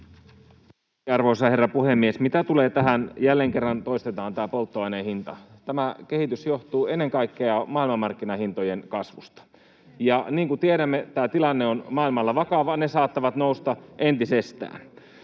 Arvoisa herra puhemies! Mitä tulee tähän, kun jälleen kerran toistetaan tätä polttoaineen hintaa, niin tämä kehitys johtuu ennen kaikkea maailmanmarkkinahintojen kasvusta. Ja niin kuin tiedämme, tämä tilanne on maailmalla vakava, ne saattavat nousta entisestään.